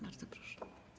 Bardzo proszę.